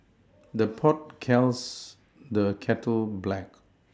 the pot calls the kettle black